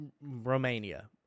Romania